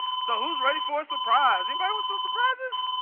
so who's ready for a surprise? anybody want some surprises?